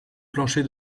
plancher